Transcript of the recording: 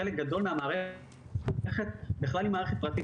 חלק גדול מהמערכת בכלל היא מערכת פרטית,